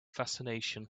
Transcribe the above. fascination